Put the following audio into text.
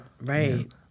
right